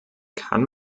kann